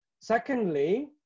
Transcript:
Secondly